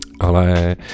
Ale